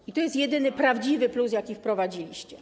I tu jest jedyny prawdziwy plus, jaki wprowadziliście.